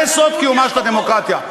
זה סוד קיומה של הדמוקרטיה.